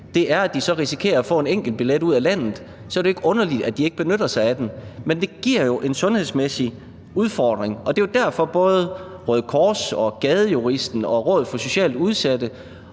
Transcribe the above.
er, at de risikerer at få en enkeltbillet ud af landet, så er det jo ikke underligt, at de ikke benytter sig af det. Men det giver jo en sundhedsmæssig udfordring, og det er derfor, at både Røde Kors og Gadejuristen og Rådet for Socialt Udsatte